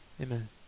Amen